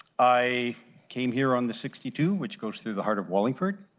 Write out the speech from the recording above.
i came here on the sixty two which goes to the heart of wallingford,